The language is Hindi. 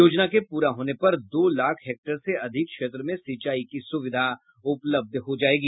योजना के पूरा होने पर दो लाख हेक्टेयर से अधिक क्षेत्र में सिंचाई की सुविधा उपलब्ध हो जायेगी